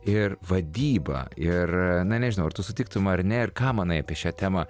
ir vadybą ir na nežinau ar tu sutiktum ar ne ir ką manai apie šią temą